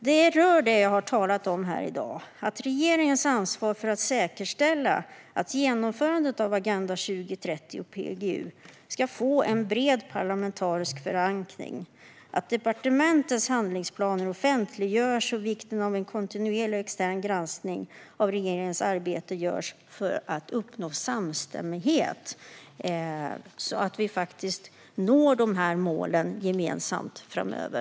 Den rör det jag har talat om här i dag: regeringens ansvar för att säkerställa att genomförandet av Agenda 2030 och PGU får en bred parlamentarisk förankring, offentliggörande av departementens handlingsplaner samt vikten av att en kontinuerlig extern granskning av regeringens arbete görs för att uppnå samstämmighet, så att vi når de här målen gemensamt framöver.